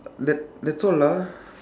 that that's all ah